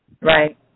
right